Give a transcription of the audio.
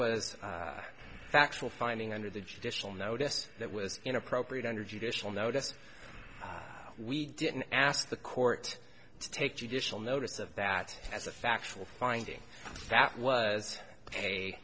was a factual finding under the judicial notice that was inappropriate under judicial notice we didn't ask the court to take judicial notice of that as a factual finding that was a